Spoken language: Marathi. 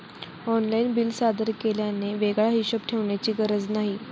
ऑनलाइन बिल सादर केल्याने वेगळा हिशोब ठेवण्याची गरज नाही